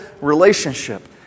relationship